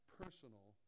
personal